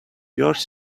yours